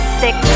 six